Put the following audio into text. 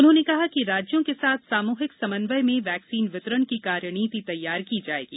उन्होंने कहा कि राज्यों के साथ सामूहिक समन्वय में वैक्सीन वितरण की कार्यनीति तैयार की जाएगी